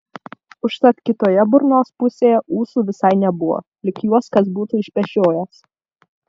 užtat kitoje burnos pusėje ūsų visai nebuvo lyg juos kas būtų išpešiojęs